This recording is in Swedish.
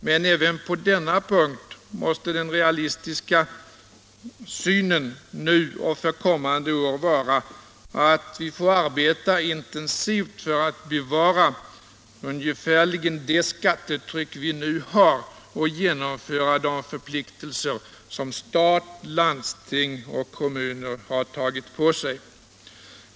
Men även på denna punkt måste den realistiska synen nu och för kommande år vara att vi får arbeta intensivt för att bevara ungefärligen det skattetryck vi har och genomföra de förpliktelser som stat, landsting och kommuner har tagit på sig.